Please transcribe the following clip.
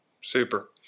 Super